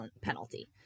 penalty